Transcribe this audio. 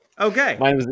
Okay